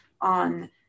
on